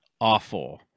awful